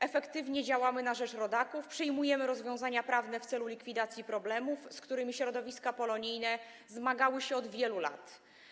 Efektywnie działamy na rzecz rodaków, przyjmujemy rozwiązania prawne w celu likwidacji problemów, z którymi środowiska polonijne zmagały się od wielu lat.